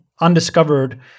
undiscovered